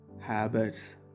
habits